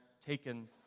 taken